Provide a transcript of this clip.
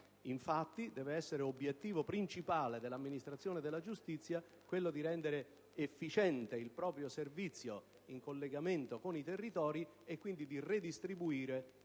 infatti, essere obiettivo principale dell'amministrazione della giustizia il rendere efficiente il proprio servizio in collegamento con i territori e, quindi, redistribuire equamente